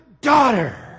Daughter